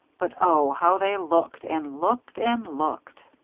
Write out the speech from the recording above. but oh, how they looked and looked and looked!